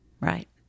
right